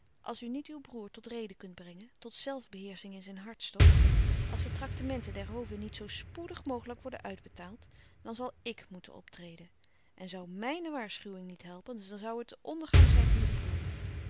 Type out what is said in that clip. als u niet uw broer tot rede kunt brengen tot zelfbeheersching in zijn hartstocht als de traktementen der hoofden niet zoo spoedig mogelijk worden uitbetaald dan zal i k moeten optreden en zoû m i j n e waarschuwing niet helpen dan zoû het de ondergang zijn van uw broêr